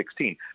2016